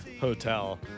hotel